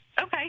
Okay